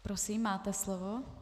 Prosím, máte slovo.